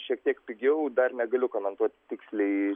šiek tiek pigiau dar negaliu komentuoti tiksliai